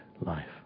life